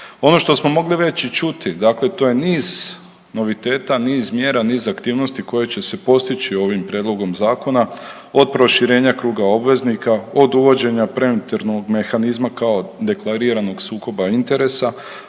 Ono što smo mogli već i čuti dakle to je niz noviteta, niz mjera, niz aktivnosti koje će se postići ovim prijedlogom zakona od proširenja kruga obveznika, od uvođenja preventivnog mehanizma kao deklariranog sukoba interesa